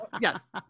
Yes